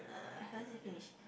uh haven't say finish